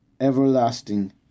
everlasting